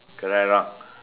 correct or not